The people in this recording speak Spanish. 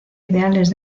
ideales